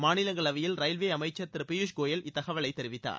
மாநிலங்களவையில் ரயில்வே அமைச்சர் திரு பியூஷ் கோயல் இத்தகவலை தெரிவித்தார்